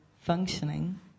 functioning